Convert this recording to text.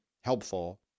helpful